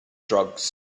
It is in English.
drugs